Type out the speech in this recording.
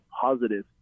positive